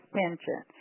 pension